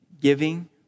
giving